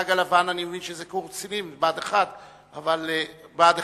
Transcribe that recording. התג הלבן אני מבין שזה קורס קצינים, בה"ד 1. אנחנו